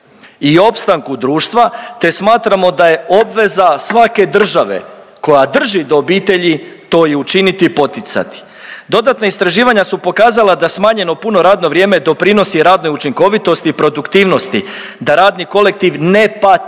i opstanku društva te smatramo da je obveza svake države koja drži do obitelji to i učiniti i poticati. Dodatna istraživanja su pokazala da smanjeno puno radno vrijeme doprinosi radnoj učinkovitosti i produktivnosti da radni kolektiv ne pati